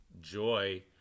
joy